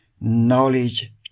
knowledge